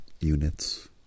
units